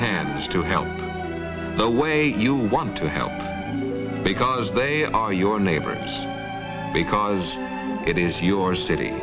hands to help the way you want to help because they are your neighbors because it is your city